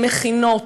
של מכינות,